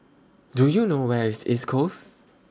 Do YOU know Where IS East Coast